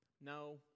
No